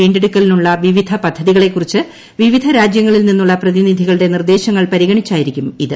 വീണ്ടെടുക്കലിനുള്ള വിവിധ പദ്ധതികളെക്കുറിച്ച് വിവിധരാജൃങ്ങളിൽ നിന്നുള്ള പ്രതിനിധികളുടെ നിർദേശങ്ങൾ പരിഗണിച്ചായിരിക്കും ഇത്